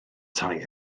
tai